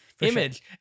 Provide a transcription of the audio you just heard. image